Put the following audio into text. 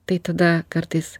tai tada kartais